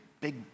big